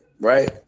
right